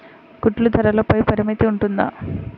గుడ్లు ధరల పై పరిమితి ఉంటుందా?